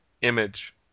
image